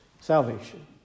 salvation